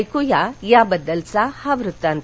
ऐकू या त्याबद्दलचा हा वृत्तांत